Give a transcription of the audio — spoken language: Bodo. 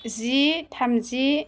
जि थामजि